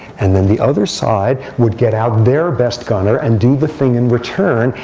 and then the other side would get out their best gunner and do the thing in return.